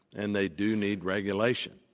and they do need regulation.